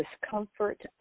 discomfort